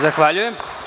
Zahvaljujem.